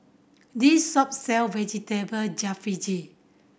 this shop sell Vegetable Jalfrezi